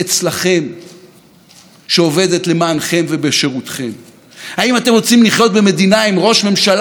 האם אתם רוצים לחיות במדינה עם ראש ממשלה שמפלג ומסית ומחולל ומעורר שנאה